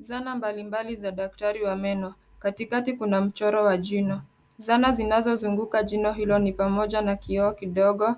Zana mbalimbali za daktari wa meno katikati kuna mchoro wa jino ,zana zinazozunguka jina hilo ni pamoja na kioo kidogo,